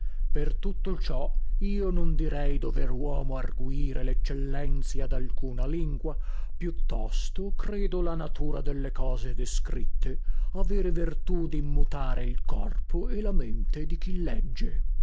per tutto ciò io non direi dover uomo arguire leccellenzia dalcuna lingua più tosto credo la natura delle cose descritte avere vertù dimmutare il corpo e la mente di chi legge